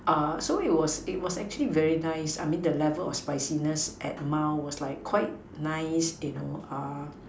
err so it was it was actually very nice I mean the level of spiciness at mild was like quite nice you know uh